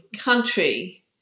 country